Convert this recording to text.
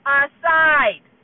aside